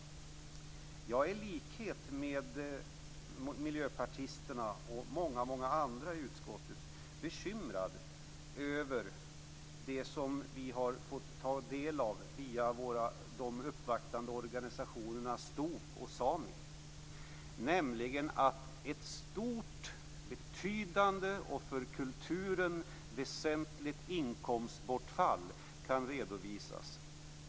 Jag är i likhet med miljöpartisterna och många andra i utskottet bekymrad över det som vi har fått ta del av via de uppvaktande organisationerna STOP och SAMI, nämligen att ett stort, betydande och för kulturen väsentligt inkomstbortfall kan redovisas.